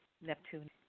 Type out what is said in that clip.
Neptune